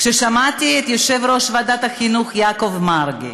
כששמעתי את יושב-ראש ועדת החינוך, יעקב מרגי,